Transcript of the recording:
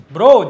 Bro